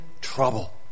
trouble